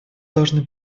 должны